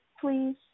please